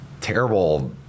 terrible